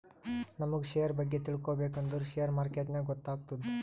ನಮುಗ್ ಶೇರ್ ಬಗ್ಗೆ ತಿಳ್ಕೋಬೇಕ್ ಅಂದುರ್ ಶೇರ್ ಮಾರ್ಕೆಟ್ನಾಗೆ ಗೊತ್ತಾತ್ತುದ